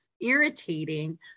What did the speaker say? irritating